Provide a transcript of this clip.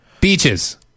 Beaches